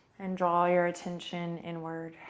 and draw your attention inward.